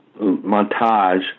montage